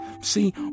See